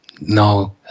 no